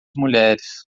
mulheres